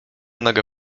nogę